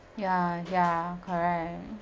ya ya ya correct